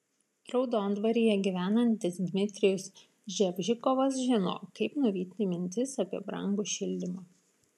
raudondvaryje gyvenantis dmitrijus ževžikovas žino kaip nuvyti mintis apie brangų šildymą